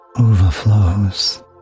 overflows